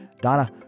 Donna